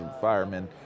firemen